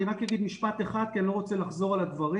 אני רק אגיד משפט אחד כי אני לא רוצה לחזור על הדברים